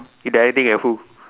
you directing at who